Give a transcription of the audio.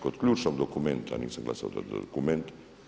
Kod ključnog dokumenta nisam glasao dokument.